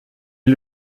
est